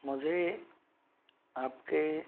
मुझे आपके